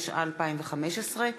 התשע"ה 2015,